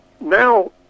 Now